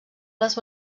les